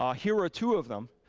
um here are two of them.